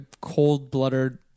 cold-blooded